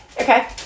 Okay